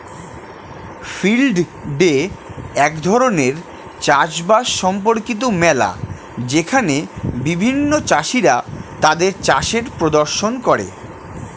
field day এক ধরণের চাষ বাস সম্পর্কিত মেলা যেখানে বিভিন্ন চাষীরা তাদের চাষের প্রদর্শন করে